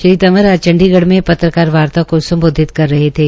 श्री तंवर आज चंडीगढ़ में पत्रकार वार्ता को सम्बोधित कर रहे थे